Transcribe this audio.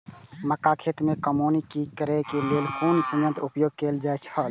मक्का खेत में कमौनी करेय केय लेल कुन संयंत्र उपयोग कैल जाए छल?